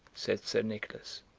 said sir nicholas.